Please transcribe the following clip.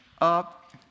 up